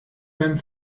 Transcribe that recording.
beim